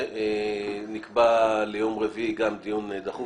זה נקבע ליום רביעי, גם דיון דחוף.